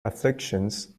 afflictions